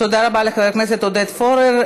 תודה רבה לחבר הכנסת עודד פורר,